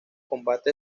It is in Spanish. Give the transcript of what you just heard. combate